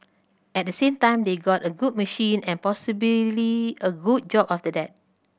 at the same time they got a good machine and possibly a good job after that